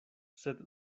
sed